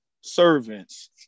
servants